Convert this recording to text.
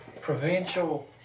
provincial